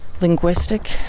linguistic